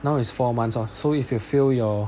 now is four months lor so if you fail your